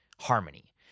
Harmony